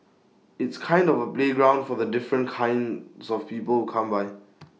it's kind of A playground for the different kinds of people who come by